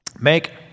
make